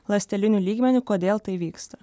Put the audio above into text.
ląsteliniu lygmeniu kodėl tai vyksta